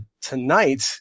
tonight